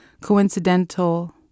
coincidental